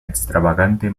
extravagante